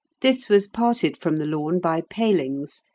this was parted from the lawn by palings,